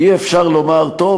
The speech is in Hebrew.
אי-אפשר לומר: טוב,